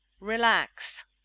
Relax